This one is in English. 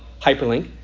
hyperlink